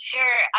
Sure